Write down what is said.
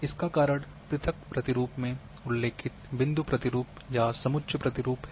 इसका कारण पृथक प्रतिरूप में उल्लेखित बिंदु प्रतिरूप या समुच्च प्रतिरूप हैं